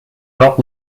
not